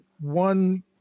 one